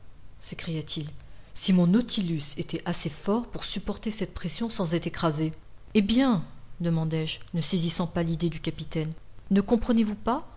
s'écria-t-il si mon nautilus était assez fort pour supporter cette pression sans en être écrasé eh bien demandai-je ne saisissant pas l'idée du capitaine ne comprenez-vous pas